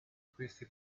questi